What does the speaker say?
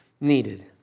needed